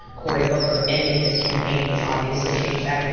cory booker ending his campaign has obviously changed that.